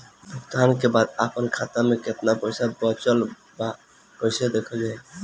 भुगतान के बाद आपन खाता में केतना पैसा बचल ब कइसे देखल जाइ?